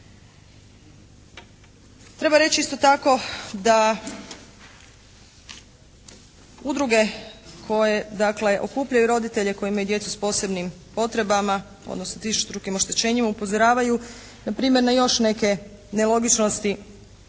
Treba reći isto tako da udruge koje dakle okupljaju roditelje koji imaju djecu s posebnim potrebama odnosno s višestrukim oštećenjima upozoravaju na primjer na još neke nelogičnosti